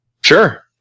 Sure